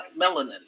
melanin